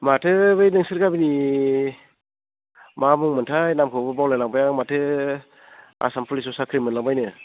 माथो बे नोंसोर गामिनि मा बुङोमोनथाय नामखौबो बावलाय लांबाय आं माथो आसाम पुलिसआव साख्रि मोनलांबायनो